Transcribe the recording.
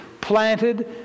planted